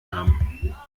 haben